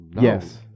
Yes